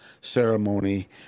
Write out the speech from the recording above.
ceremony